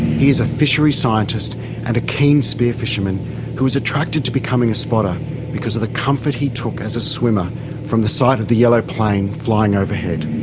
he is a fisheries scientist and a keen spearfisherman who was attracted to becoming a spotter because of the comfort he took as a swimmer from the sight of the yellow plane flying overhead.